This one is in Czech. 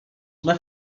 jsme